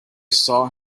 saw